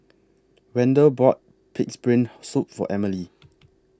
Wendel bought Pig'S Brain Soup For Emely